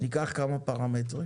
ניקח כמה פרמטרים.